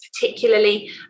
particularly